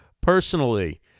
personally